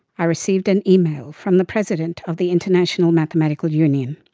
i received an email from the president of the international mathematical union.